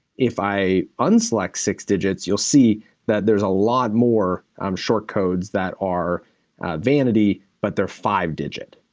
if i unselect six digits, you'll see that there's a lot more um short codes that are vanity, but they're five-digit.